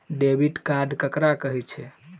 Debit card ककरा कहै छै?